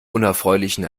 unerfreulichen